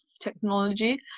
technology